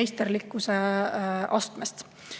meisterlikkuse astmest.